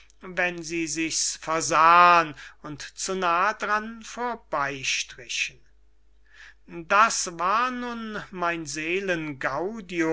wenn sie sichs versahn und zu nah dran vorbey strichen das war nun mein